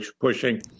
pushing